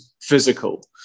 physical